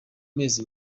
mezi